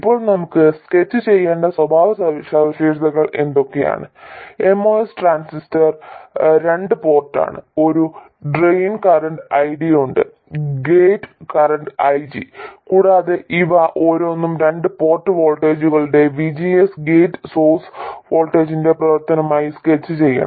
ഇപ്പോൾ നമുക്ക് സ്കെച്ച് ചെയ്യേണ്ട സ്വഭാവസവിശേഷതകൾ എന്തൊക്കെയാണ് MOS ട്രാൻസിസ്റ്റർ രണ്ട് പോർട്ട് ആണ് ഒരു ഡ്രെയിൻ കറന്റ് ID ഉണ്ട് ഗേറ്റ് കറന്റ് IG കൂടാതെ ഇവ ഓരോന്നും രണ്ട് പോർട്ട് വോൾട്ടേജുകളുടെ VGS ഗേറ്റ് സോഴ്സ് വോൾട്ടേജിന്റെ പ്രവർത്തനമായി സ്കെച്ച് ചെയ്യണം